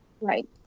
Right